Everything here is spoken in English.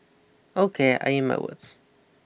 ok I eat my words